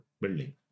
building